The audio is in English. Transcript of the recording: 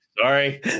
sorry